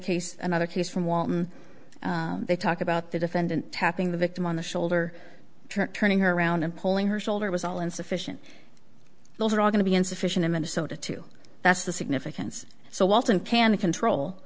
case another case from they talk about the defendant tapping the victim on the shoulder turning her around and pulling her shoulder was all insufficient those are all going to be insufficient in minnesota too that's the significance so walton can control